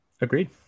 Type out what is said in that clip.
Agreed